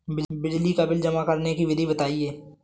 बिजली का बिल जमा करने की विधि बताइए?